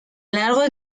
largo